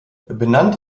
benannt